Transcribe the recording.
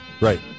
Right